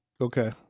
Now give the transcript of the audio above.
Okay